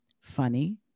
funny